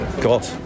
God